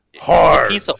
hard